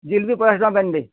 ଜିଲ୍ପି ପଚାଶ୍ ଟଙ୍ଗାର୍ ବାନ୍ଧିଦେ